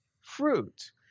fruit